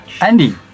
Andy